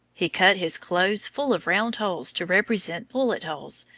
he cut his clothes full of round holes to represent bullet holes,